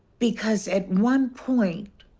because at one point.